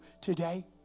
today